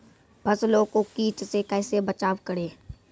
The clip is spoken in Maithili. फसलों को कीट से कैसे बचाव करें?